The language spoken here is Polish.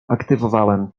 aktywowałem